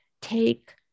take